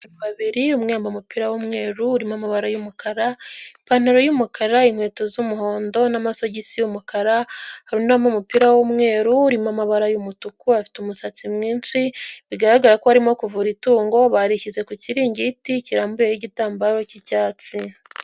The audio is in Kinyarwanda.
Babiri umwe yambaye umupira w'umweru, urimo amabara y'umukara, ipantaro y'umukara, inkweto z'umuhondo n'amasogisi y'umukara hari undi wambaye umupira w'umweru urimo amabara y'umutuku, afite umusatsi mwinshi, bigaragara ko arimo kuvura itungo, barishyize ku kiringiti kirambuyeho igitambaro cy'icyatsi.